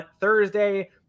Thursday